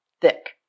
thick